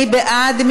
מי בעד?